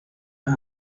las